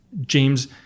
james